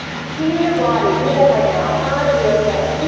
feel your body. do that right now. hug yourself.